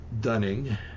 Dunning